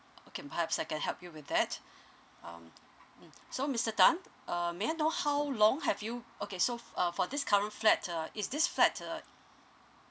okay perhaps I can help you with that um mm so mister tan uh may I know how long have you okay so uh for this current flat uh is this flat uh